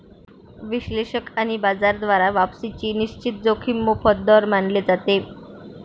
विश्लेषक आणि बाजार द्वारा वापसीची निश्चित जोखीम मोफत दर मानले जाते